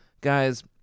guys